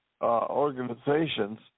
organizations